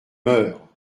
meure